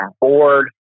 board